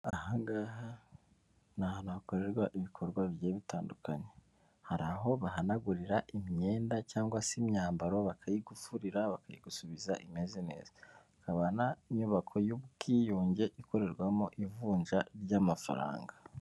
Aha ngaha ni ahantu hakorerwa ibikorwa bigiye bitandukanye, hari aho bahanagurira imyenda cyangwa se imyambaro bakayigufurira, bakayisubiza imeze neza, hakaba n'inyubako y'ubwiyunge ikorerwamo ivunja ry'amafaranga.